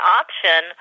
option